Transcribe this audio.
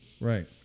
Right